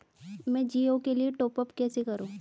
मैं जिओ के लिए टॉप अप कैसे करूँ?